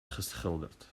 geschilderd